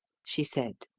she said.